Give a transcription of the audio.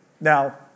Now